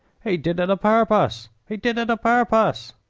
he did it a-purpose! he did it a-purpose!